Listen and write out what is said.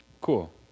Cool